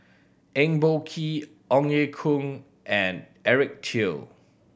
Eng Boh Kee Ong Ye Kung and Eric Teo